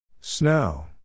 Snow